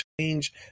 change